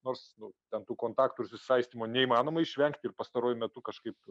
nors nu ten tų kontakto susisaistymo neįmanoma išvengti ir pastaruoju metu kažkaip